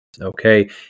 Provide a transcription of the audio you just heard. okay